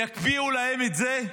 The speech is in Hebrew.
יקפיאו להם את זה.